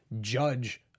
judge